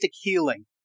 healing